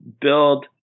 build